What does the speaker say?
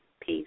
Peace